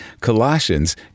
Colossians